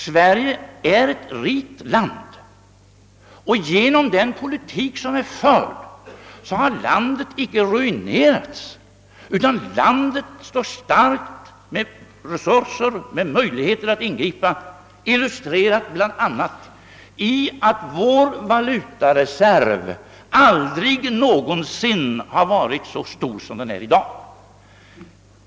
Sverige är ett rikt land, och genom den politik som är förd har landet icke ruinerats, utan landet står starkt med resurser, med möjligheter att ingripa — illustrerat bl.a. av att vår valutareserv aldrig någonsin har varit så stor som den är i dag.